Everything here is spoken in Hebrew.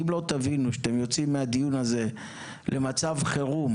אם לא תבינו שאתם יוצאים מהדיון הזה למצב חירום